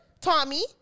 Tommy